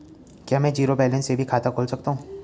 क्या में zero balance से भी खाता खोल सकता हूँ?